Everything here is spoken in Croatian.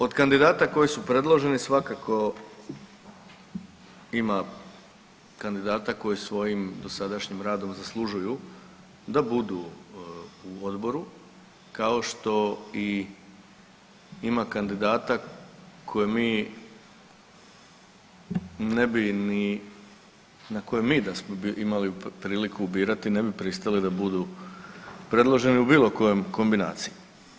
Od kandidata koji su predloženi svakako ima kandidata koji svojim dosadašnjim radom zaslužuju da budu u Odboru, kao što i ima kandidata koje mi ne bi na koje mi da smo imali priliku birati ne bi pristali da budu predloženi u bilo kojim kombinacijama.